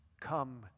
come